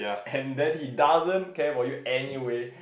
and then he doesn't care for you anyway